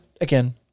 again